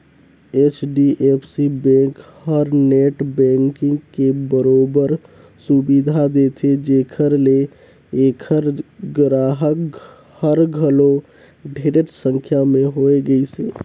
HDFC bank हर net banking के बरोबर सुबिधा देथे जेखर ले ऐखर गराहक हर घलो ढेरेच संख्या में होए गइसे